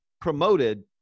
promoted